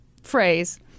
Phrase